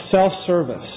self-service